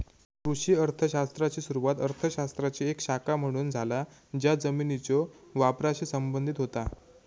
कृषी अर्थ शास्त्राची सुरुवात अर्थ शास्त्राची एक शाखा म्हणून झाला ज्या जमिनीच्यो वापराशी संबंधित होता